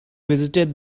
visited